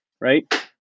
right